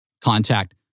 contact